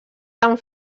tant